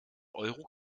euro